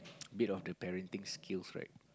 a bit of the parenting skills right